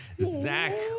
Zach